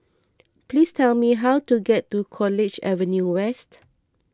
please tell me how to get to College Avenue West